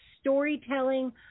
storytelling